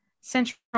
Central